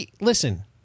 Listen